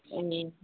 अनि